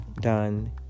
done